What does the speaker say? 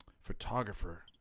photographer